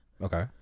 Okay